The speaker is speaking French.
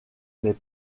les